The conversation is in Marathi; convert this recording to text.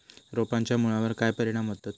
रोपांच्या मुळावर काय परिणाम होतत?